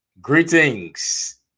Greetings